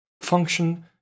function